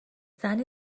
زنی